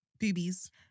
Boobies